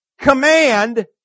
Command